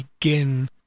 begin